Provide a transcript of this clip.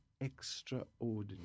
extraordinary